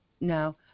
No